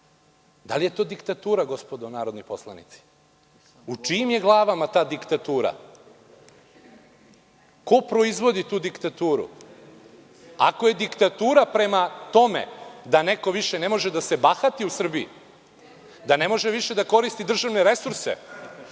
li je to diktatura gospodo narodni poslanici? U čijim je glavama ta diktatura? Ko proizvodi tu diktaturu? Ako je diktatura prema tome da neko više ne može da se bahati u Srbiji, da ne može više da koristi državne resurse,